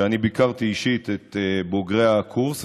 שאני ביקרתי אישית את בוגרי הקורס.